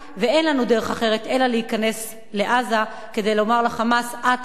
ואין לנו דרך אחרת אלא להיכנס לעזה כדי לומר ל"חמאס": עד כאן,